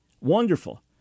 wonderful